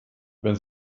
wenn